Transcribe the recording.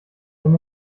wenn